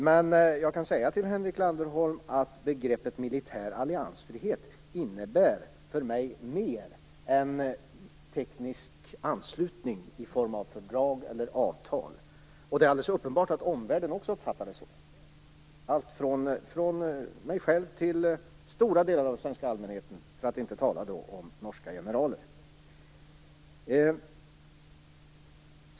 Men jag kan säga till Henrik Landerholm att begreppet militär alliansfrihet för mig innebär mer än teknisk anslutning i form av fördrag eller avtal. Det är alldeles uppenbart att omvärlden också uppfattar det så. Det gäller många, från mig själv till stora delar av den svenska allmänheten - för att inte tala om norska generaler.